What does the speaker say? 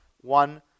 one